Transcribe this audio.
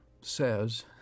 says